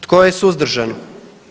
Tko je suzdržan?